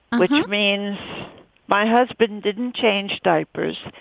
which means my husband didn't change diapers.